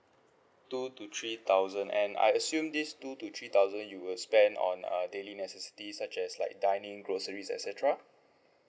two to three thousand and I assume this two to three thousand you will spend on uh daily necessity such as like dining groceries et cetera